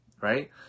right